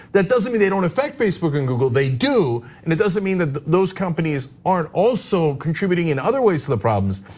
that doesn't mean they don't affect facebook and google they do. and it doesn't mean that those companies aren't also contributing in other ways to the problems.